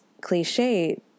cliche